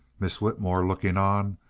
miss whitmore, looking on,